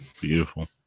beautiful